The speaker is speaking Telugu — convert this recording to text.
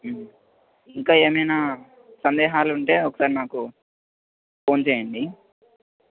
ఇంకా ఏమైనా సందేహాలు ఉంటే ఒకసారి మాకు ఫోన్ చెయ్యండి